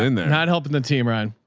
and they're not helping the team, ryan.